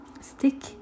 stick